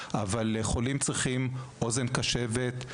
אבל חולים צריכים אוזן קשבת,